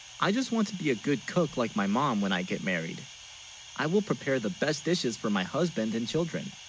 i just, want to be a. good cook, like, my mom when i get married i will prepare the best dishes for my husband and children